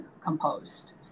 composed